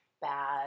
bad